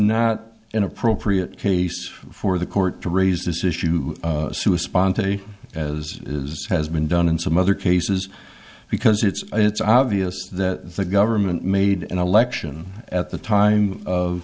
not an appropriate case for the court to raise this issue sue a spontaneous as has been done in some other cases because it's it's obvious that the government made an election at the time of